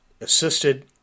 assisted